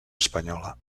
espanyola